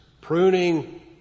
Pruning